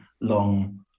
long